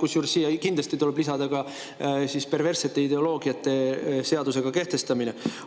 Kusjuures siia tuleb kindlasti lisada ka perverssete ideoloogiate seadusega kehtestamine.